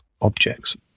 objects